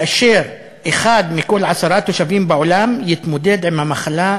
ואחד מכל עשרה תושבים בעולם יתמודד עם המחלה,